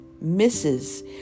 misses